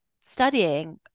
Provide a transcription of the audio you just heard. studying